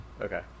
okay